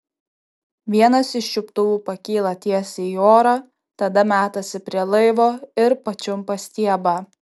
vienas iš čiuptuvų pakyla tiesiai į orą tada metasi prie laivo ir pačiumpa stiebą